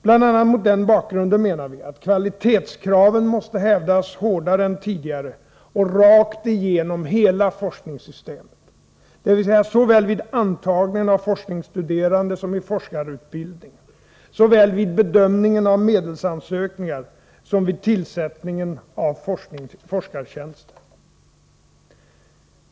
Bl.a. mot den bakgrunden menar vi att kvalitetskraven måste hävdas hårdare än tidigare och rakt igenom hela forskningssystemet, dvs. såväl vid antagningen av forskningsstuderande som i forskarutbildningen; såväl vid bedömningen av medelsansökningar som vid tillsättningen av forskartjänster.